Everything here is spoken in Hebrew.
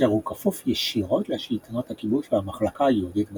כאשר הוא כפוף ישירות לשלטונות הכיבוש והמחלקה היהודית בגסטאפו.